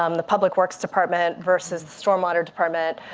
um the public works department versus the storm water department.